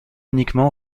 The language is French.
uniquement